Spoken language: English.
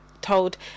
told